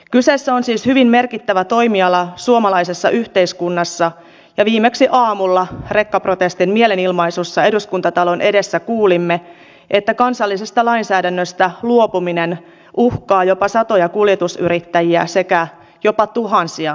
kyseessä on siis hyvin merkittävä toimiala suomalaisessa yhteiskunnassa ja viimeksi aamulla rekkaprotestin mielenilmaisussa eduskuntatalon edessä kuulimme että kansallisesta lainsäädännöstä luopuminen uhkaa jopa satoja kuljetusyrittäjiä sekä jopa tuhansia työntekijöitä